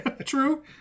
True